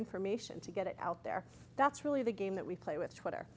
information to get it out there that's really the game that we play with